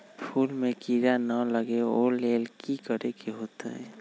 फूल में किरा ना लगे ओ लेल कि करे के होतई?